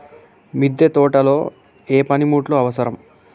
మిద్దె తోటలో ఏ పనిముట్లు అవసరం?